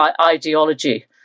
ideology